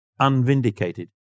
unvindicated